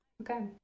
okay